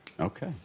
Okay